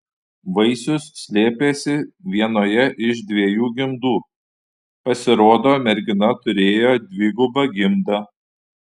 vaisius slėpėsi vienoje iš dviejų gimdų pasirodo mergina turėjo dvigubą gimdą